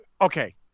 okay